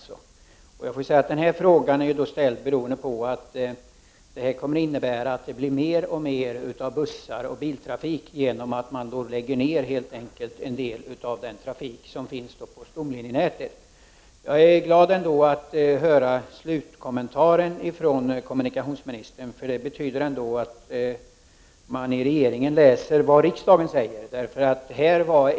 Min fråga är ställd beroende på att en del av den trafik som finns på stomlinjenätet läggs ned, vilket kommer att innebära att det blir fler och fler bussar och mer biltrafik. Jag är ändå glad över att höra slutkommentaren från kommunikationsministern. Det betyder att man i regeringen tar del av vad riksdagen uttalar.